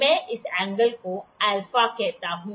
मैं इस एंगल को α कहता हूं